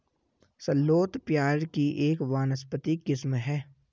shallot प्याज़ की एक वानस्पतिक किस्म है